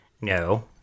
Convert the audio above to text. no